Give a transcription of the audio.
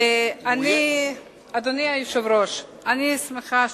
אני שמחה